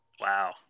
Wow